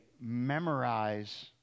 memorize